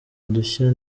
udushya